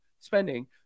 spending